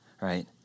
right